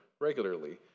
regularly